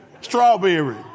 Strawberry